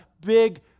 big